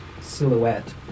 silhouette